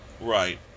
Right